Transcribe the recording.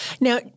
Now